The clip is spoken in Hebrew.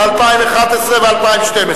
ל-2011 ול-2012,